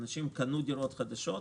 אנשים קנו דירות חדשות,